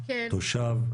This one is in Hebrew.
תושב,